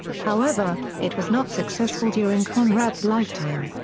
however, it was not successful during conrad's lifetime.